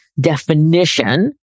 definition